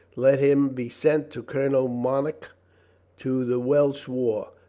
let him be sent to colonel monck to the welsh war.